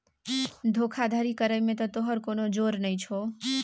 धोखाधड़ी करय मे त तोहर कोनो जोर नहि छौ